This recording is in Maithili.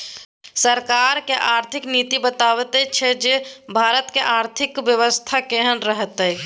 सरकारक आर्थिक नीति बताबैत छै जे भारतक आर्थिक बेबस्था केहन रहत